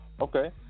Okay